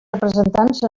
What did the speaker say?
representants